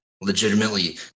legitimately